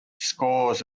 scores